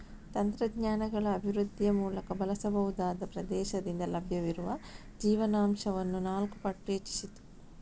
ತಂತ್ರಜ್ಞಾನಗಳ ಅಭಿವೃದ್ಧಿಯ ಮೂಲಕ ಬಳಸಬಹುದಾದ ಪ್ರದೇಶದಿಂದ ಲಭ್ಯವಿರುವ ಜೀವನಾಂಶವನ್ನು ನಾಲ್ಕು ಪಟ್ಟು ಹೆಚ್ಚಿಸಿತು